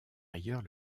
ailleurs